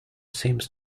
seems